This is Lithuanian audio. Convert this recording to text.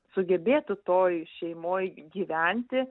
sugebėtų toj šeimoj gyventi